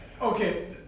Okay